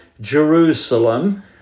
Jerusalem